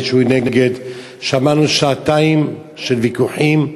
שמענו שעתיים של ויכוחים,